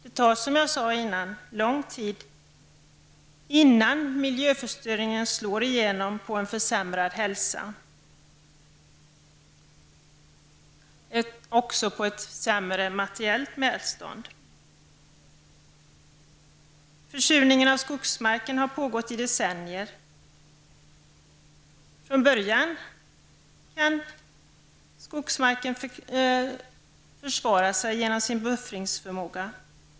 Det tar, som jag sade tidigare, långt tid innan miljöförstöringen slår igenom i form av en försämrad hälsa och ett sämre materiellt välstånd. Försurningen av skogsmarken har pågått i decennier. Till att börja med kan skogsmarken försvara sig genom sin buffringsförmåga.